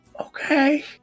Okay